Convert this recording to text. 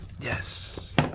Yes